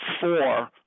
four